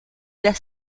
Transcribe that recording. las